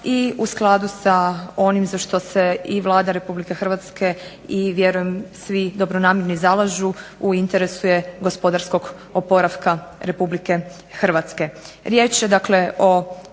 i u skladu sa onim za što se i Vlada Republike Hrvatske i vjerujem svi dobronamjerni zalažu u interesu je gospodarskog oporavka Republike Hrvatske.